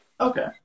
Okay